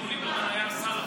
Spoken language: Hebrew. כשאביגדור ליברמן היה שר החוץ.